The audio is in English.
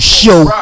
show